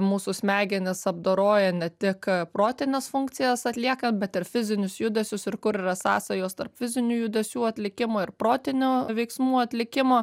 mūsų smegenys apdoroja ne tik protines funkcijas atlieka bet ir fizinius judesius ir kur yra sąsajos tarp fizinių judesių atikimo ir protinių veiksmų atlikimo